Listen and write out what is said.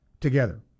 together